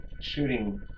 shooting